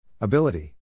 Ability